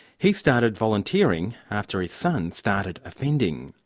he started volunteering after his son started offending.